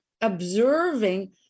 observing